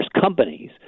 companies